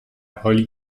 حالی